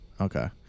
Okay